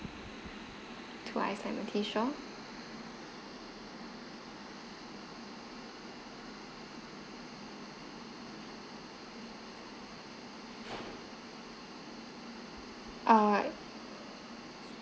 twice and okay sure err